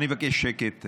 אני מבקש שקט,